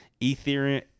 Ethereum